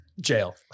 jail